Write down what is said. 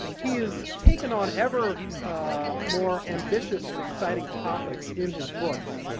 he has taken on ever ah more ambitious and exciting topics in his books.